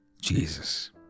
Jesus